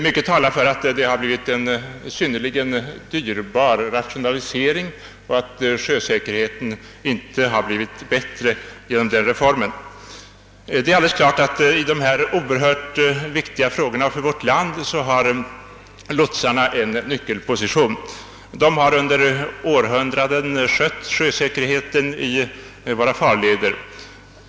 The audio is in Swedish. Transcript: Mycket talar för att det blivit en synnerligen dyrbar rationalisering och att sjösäkerheten inte blivit större genom reformen. Det är alldeles uppenbart att lotsarna i dessa för vårt land oerhört viktiga angelägenheter intar en nyckelposition. De har under århundraden svarat för sjösäkerheten i våra farleder.